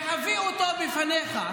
להביא אותו בפניך.